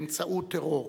באמצעות טרור.